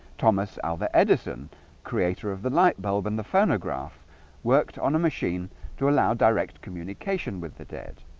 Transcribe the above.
thomas alva edison creator of the light bulb and the phonograph worked on a machine to allow direct communication with the dead